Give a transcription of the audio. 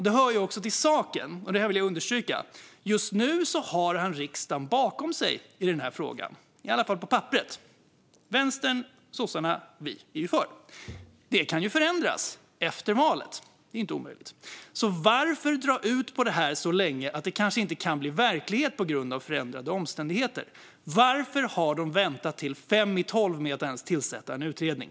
Det hör också till saken, och det här vill jag understryka, att just nu har han riksdagen bakom sig i denna fråga, i alla fall på papperet. Vänstern, sossarna och vi är ju för. Detta kan förändras efter valet. Det är inte omöjligt. Så varför dra ut på det här så länge att det kanske inte kan bli verklighet på grund av förändrade omständigheter? Varför har ni väntat till fem i tolv med att ens tillsätta en utredning?